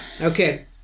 Okay